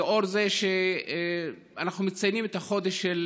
לנוכח זה שאנחנו מציינים את החודש של